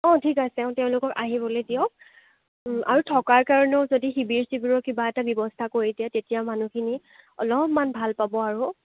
অঁ ঠিক আছে অঁ তেওঁলোকক আহিবলৈ দিয়ক আৰু থকাৰ কাৰণেও যদি শিবিৰ ছিবিৰৰ কিবা এটা ব্যৱস্থা কৰি দিয়ে তেতিয়া মানুহখিনি অলপমাণ ভাল পাব আৰু